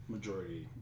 Majority